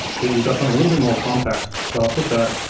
that you've got something a little bit more compact, so i'll put that